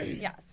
Yes